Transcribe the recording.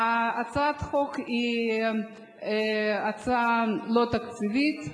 הצעת החוק היא הצעה לא תקציבית,